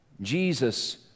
Jesus